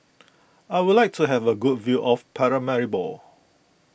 I would like to have a good view of Paramaribo